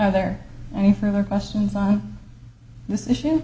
are there any further questions on this issue